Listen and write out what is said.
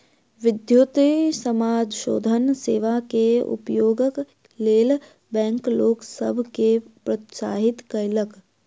विद्युतीय समाशोधन सेवा के उपयोगक लेल बैंक लोक सभ के प्रोत्साहित कयलक